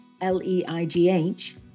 L-E-I-G-H